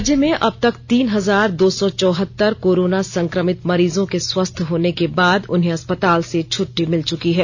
राज्य में अब तक तीन हजार दो सौ चौहत्तर कोरोना संक्रमित मरीजों के स्वस्थ होने के बाद अस्पताल से छट्टी मिल चुकी है